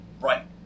right